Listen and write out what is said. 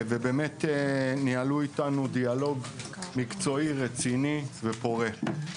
ובאמת ניהלו איתנו דיאלוג מקצועי, רציני ופורה.